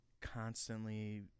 constantly